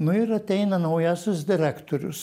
nu ir ateina naujasis direktorius